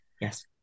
Yes